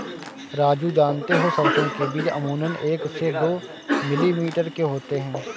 राजू जानते हो सरसों के बीज अमूमन एक से दो मिलीमीटर के होते हैं